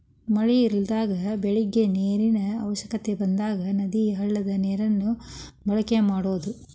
ಮಳಿ ಇರಲಾರದಾಗ ಬೆಳಿಗೆ ನೇರಿನ ಅವಶ್ಯಕತೆ ಬಂದಾಗ ನದಿ, ಹಳ್ಳದ ನೇರನ್ನ ಬಳಕೆ ಮಾಡುದು